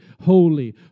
holy